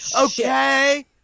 okay